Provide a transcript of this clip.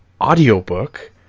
audiobook